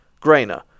Grainer